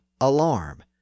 alarm